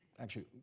actually,